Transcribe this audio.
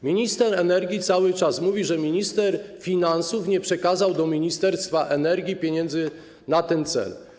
Minister energii cały czas mówi, że minister finansów nie przekazał do Ministerstwa Energii pieniędzy na ten cel.